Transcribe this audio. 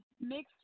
mixed